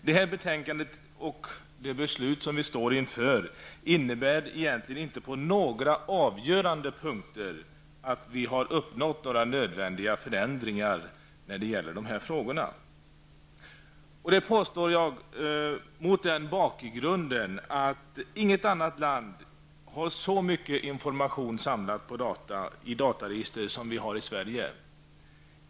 Det här betänkandet och det beslut som vi står inför innebär egentligen inte på någon avgörande punkt att vi uppnått några nödvändiga förändringar i dessa frågor. Jag påstår mot den bakgrunden att inget annat land har så mycket information samlad i dataregister som vi har i Sverige.